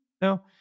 No